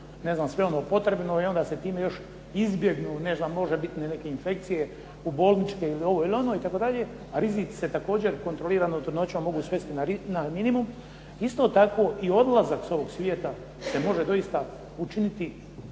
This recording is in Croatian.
ne znam sve ono potrebno i onda se time još izbjegnu ne znam možebitne neke infekcije u bolničkim ili ovo ili ono itd., a rizici se također kontroliranom trudnoćom mogu svesti na minimum. Isto tako i odlazak s ovog svijeta se može doista učiniti